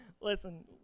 Listen